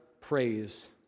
praise